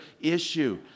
issue